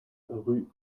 rue